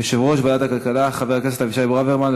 יושב-ראש ועדת הכלכלה חבר הכנסת אבישי ברוורמן.